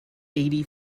eighty